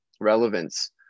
relevance